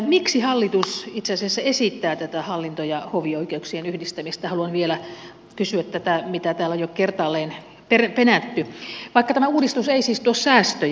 miksi hallitus itse asiassa esittää tätä hallinto ja hovioikeuksien yhdistämistä haluan vielä kysyä tätä mitä täällä on jo kertaalleen penätty vaikka tämä uudistus ei siis tuo säästöjä